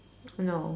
no